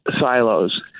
silos